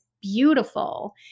beautiful